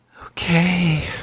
Okay